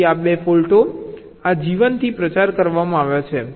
તેથી આ 2 ફોલ્ટો આ G1 થી પ્રચાર કરવામાં આવ્યા છે